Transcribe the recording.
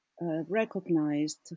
recognized